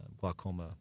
glaucoma